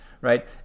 right